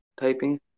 typing